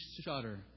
shudder